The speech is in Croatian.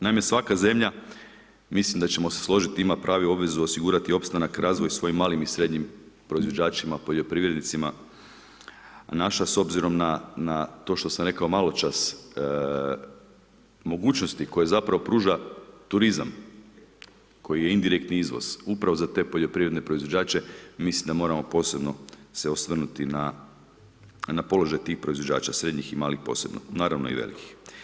Naime, svaka zemlja, mislim da ćemo složiti, ima pravo i obvezu osigurati opstanak i razvoj svojim malim i srednjim proizvođačima poljoprivrednicima a naša s obzirom na to što sam rekao maločas, mogućnosti koje zapravo pruža turizam koji je indirektni izvoz, upravo za te poljoprivredne proizvođače, mislim da moramo posebno se osvrnuti na položaj tih proizvođača, srednjih i malih posebno, naravno i velikih.